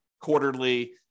quarterly